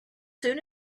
soon